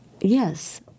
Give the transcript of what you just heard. yes